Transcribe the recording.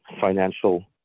financial